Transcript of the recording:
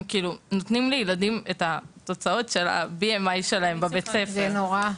נותנים לילדים את התוצאות של ה- BMI שלהם בבית הספר.